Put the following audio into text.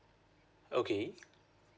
okay